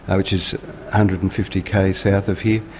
which is hundred and fifty k south of here,